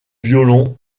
violon